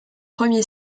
premier